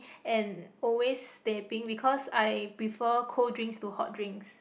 and always teh peng cause I prefer cold drinks to hot drinks